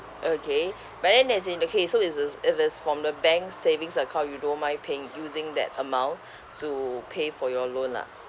okay but then as in okay so is is if is from the bank savings account you don't mind paying using that amount to pay for your loan lah